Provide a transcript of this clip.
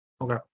okay